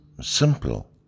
simple